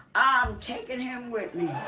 ah i'm takin' him with me.